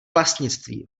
vlastnictví